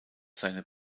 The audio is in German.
seine